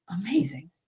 Amazing